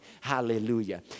Hallelujah